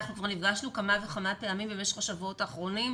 אנחנו כבר נפגשנו כמה וכמה פעמים במשך השבועות האחרונים,